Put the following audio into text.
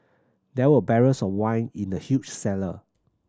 there were barrels of wine in the huge cellar